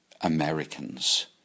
Americans